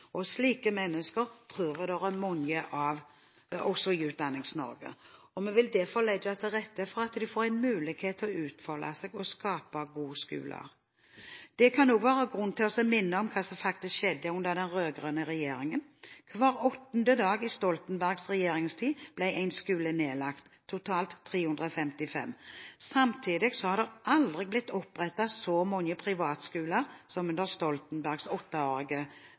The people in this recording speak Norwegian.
framover. Slike mennesker tror vi det er mange av også i Utdannings-Norge, og vi vil derfor legge til rette for at de får mulighet til å utfolde seg og skape gode skoler. Det kan også være grunn til å minne om hva som faktisk skjedde under den rød-grønne regjeringen. Hver åttende dag i Stoltenbergs regjeringstid ble en skole nedlagt – totalt 355 skoler. Samtidig har det aldri blitt opprettet så mange privatskoler som under Stoltenbergs